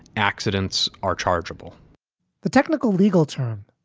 accidents are chargeable the technical legal term,